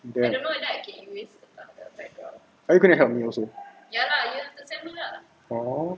then are you gonna help me also !aww!